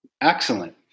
Excellent